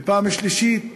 ופעם שלישית,